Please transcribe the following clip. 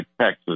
Texas